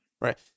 right